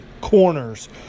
corners